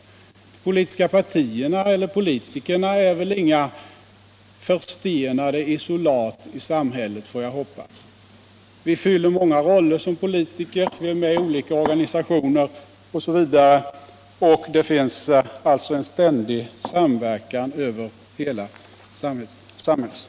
De politiska partierna och politikerna är väl inga förstenade isolat i samhället, får jag hoppas. Såsom politiker spelar vi många roller och är med i olika organisationer. Det förekommer alltså en ständig samverkan över hela samhällsfältet.